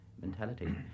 mentality